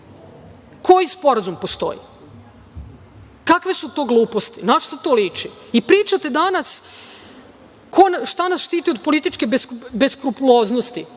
Koji sporazum postoji? Kakve su to gluposti? Na šta to liči? Pričate danas šta nas štiti od političke beskrupuloznosti.